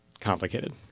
complicated